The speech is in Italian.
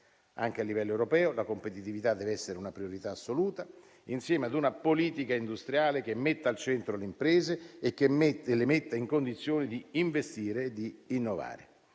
Anche a livello europeo la competitività deve essere una priorità assoluta, insieme a una politica industriale che metta al centro le imprese e le metta nella condizione di investire e innovare.